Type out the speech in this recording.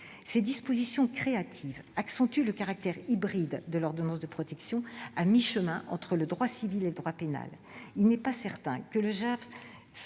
Ces dispositions créatives accentuent le caractère hybride de l'ordonnance de protection, à mi-chemin entre le droit civil et le droit pénal. Il n'est pas certain que les